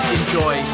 enjoy